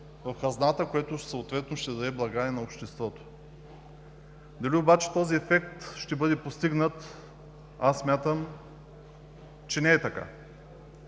в хазната, което съответно ще даде блага и на обществото. Дали обаче този ефект ще бъде постигнат? Аз смятам, че не е така!